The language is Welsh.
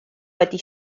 wedi